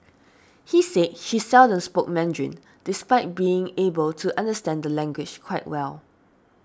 he said she seldom spoke Mandarin despite being able to understand the language quite well